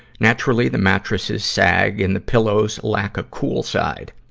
naturally, the mattresses sag and the pillows lack a cool side.